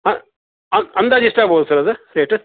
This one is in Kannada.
ಅ ಅಂದ್ ಅಂದಾಜು ಎಷ್ಟು ಆಗ್ಬೋದು ಸರ್ ಅದು ರೇಟ